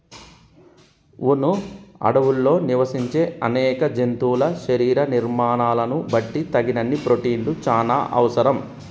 వును అడవుల్లో నివసించే అనేక జంతువుల శరీర నిర్మాణాలను బట్టి తగినన్ని ప్రోటిన్లు చానా అవసరం